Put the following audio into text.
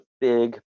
big